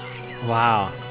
wow